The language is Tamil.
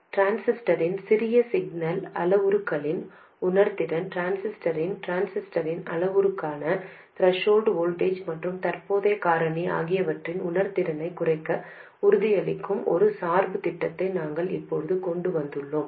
டிரான்சிஸ்டரின் சிறிய சிக்னல் அளவுருக்களின் உணர்திறன் டிரான்சிஸ்டரின் டிரான்சிஸ்டரின் அளவுருக்களான த்ரெஷோல்ட் வோல்டேஜ் மற்றும் தற்போதைய காரணி ஆகியவற்றின் உணர்திறனைக் குறைக்க உறுதியளிக்கும் ஒரு சார்பு திட்டத்தை நாங்கள் இப்போது கொண்டு வந்துள்ளோம்